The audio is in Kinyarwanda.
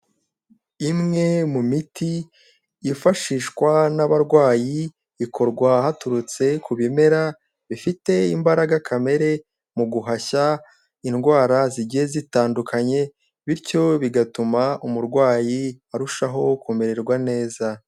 Imwe mu miti yifashishwa n'abarwayi bikorwa haturutse ku bimera bifite imbaraga kamere mu guhashya indwara zigiye zitandukanye bityo bigatuma umurwayi arushaho kumererwa neza.